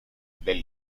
del